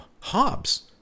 Hobbes